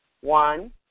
One